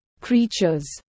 creatures